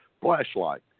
flashlight